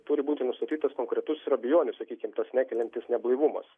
turi būti nustatytas konkretus ir abejonių sakykim tas nekeliantis neblaivumas